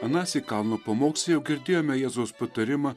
anąsyk kalno pamoksle jau girdėjome jėzaus patarimą